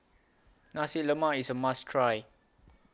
Nasi Lemak IS A must Try